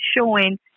showing